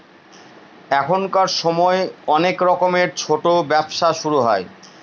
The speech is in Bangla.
এখনকার সময় অনেক রকমের ছোটো ব্যবসা শুরু হয়